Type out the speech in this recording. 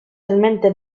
talmente